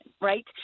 right